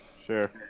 sure